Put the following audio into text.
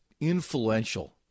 influential